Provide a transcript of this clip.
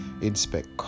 inspect